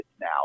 now